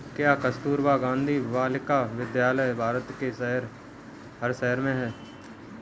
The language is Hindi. क्या कस्तूरबा गांधी बालिका विद्यालय भारत के हर शहर में है?